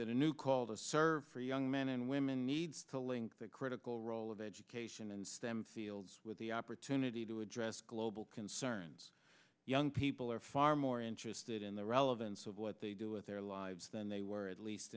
that a new call to serve for young men and women needs to link the critical role of education and stem fields with the opportunity to address global concerns young people are far more interested in the relevance of what they do with their lives than they were at least